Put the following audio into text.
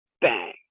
bang